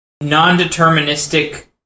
non-deterministic